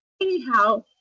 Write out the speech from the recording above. Anyhow